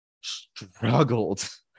struggled